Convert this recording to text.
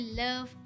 love